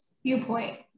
viewpoint